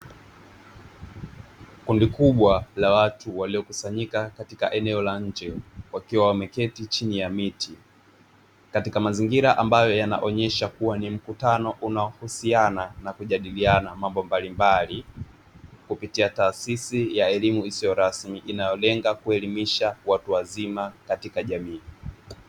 Kundi kubwa la watu waliokusanyika katika eneo la nje wakiwa wameketi chini ya miti, katika mazingira ambayo yanaonyesha kuwa ni mkutano unaohusiana na kujadiliana mambo mbalimbali; kupitia taasisi ya elimu isiyo rasmi inayolenga kuelimisha watu wazima katika jamii.